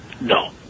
No